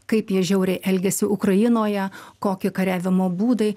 kaip jie žiauriai elgiasi ukrainoje kokie kariavimo būdai